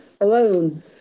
alone